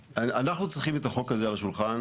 אנחנו צריכים את החוק הזה על השולחן,